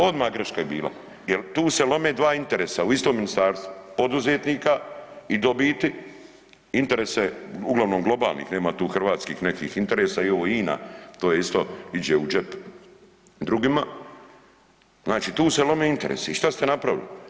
Odmah greška je bila jer tu se lome dva interesa u istom ministarstvu, poduzetnika i dobiti, interese uglavnom globalnih, nema tu hrvatskih nekih interesa i ovo INA, to isto ide u džep drugima, znači tu se lome interesi i šta ste napravili?